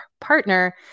partner